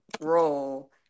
role